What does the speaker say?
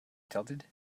tilted